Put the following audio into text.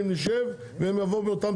הם ישלמו על האדריכל ויחתמו.